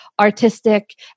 artistic